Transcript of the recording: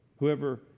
Whoever